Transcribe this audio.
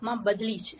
માં બદલી છે